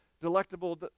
delectable